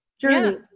journey